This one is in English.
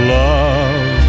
love